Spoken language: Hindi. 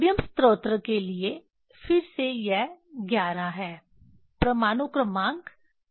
सोडियम स्रोत के लिए फिर से यह 11 है परमाणु क्रमांक 11 है